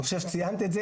אני חושב שציינת את זה,